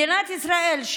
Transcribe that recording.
מדינת ישראל,